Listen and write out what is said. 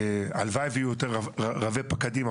הלוואי ויהיו יותר רבי פקדים,